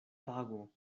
pago